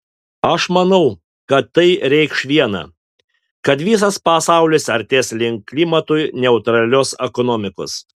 aš manau kad tai reikš viena kad visas pasaulis artės link klimatui neutralios ekonomikos